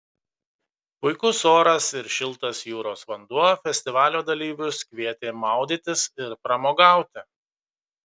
puikus oras ir šiltas jūros vanduo festivalio dalyvius kvietė maudytis ir pramogauti